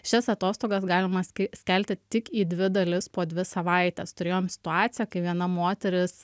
šias atostogas galima skelti tik į dvi dalis po dvi savaites turėjom situaciją kai viena moteris